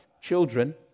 children